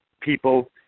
people